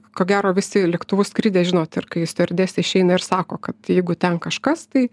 ko gero visi lėktuvu skridę žinot ir kai stiuardesė išeina ir sako kad jeigu ten kažkas tai